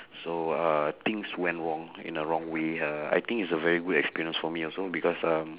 so uh things went wrong in a wrong way uh I think it's a very good experience for me also because um